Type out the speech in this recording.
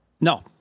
No